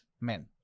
men